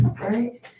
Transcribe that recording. right